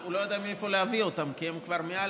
והוא לא יודע מאיפה להביא אותם כי הם כבר מעל